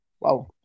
Wow